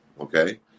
okay